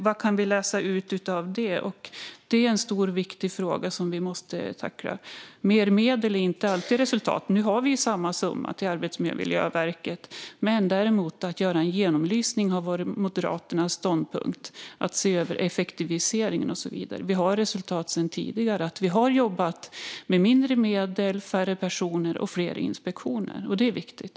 Vad kan vi läsa ut av det? Det är en stor och viktig fråga som vi måste tackla. Mer medel ger inte alltid resultat. Nu har vi samma summa till Arbetsmiljöverket. Men det har däremot varit Moderaternas ståndpunkt att göra en genomlysning, att se över effektiviseringen och så vidare. Vi har resultat sedan tidigare som visar att vi har jobbat med mindre medel, färre personer och fler inspektioner. Det är viktigt.